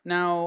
Now